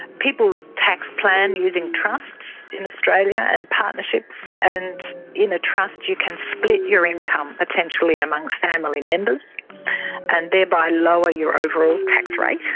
people tax plan using trusts in australia, and partnerships. and in a trust you can split your income potentially amongst family members and thereby lower your overall tax rate.